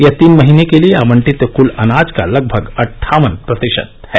यह तीन महीने के लिए आवंटित क्ल अनाज का लगभग अट्ठावन प्रतिशत है